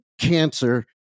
cancer